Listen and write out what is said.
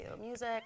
music